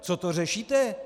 Co to řešíte?